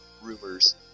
rumors